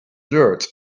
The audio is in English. blurred